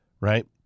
right